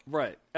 right